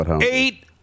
eight